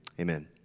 amen